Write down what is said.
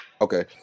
okay